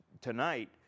tonight